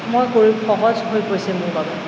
মই কৰি সহজ হৈ পৰিছে মোৰ বাবে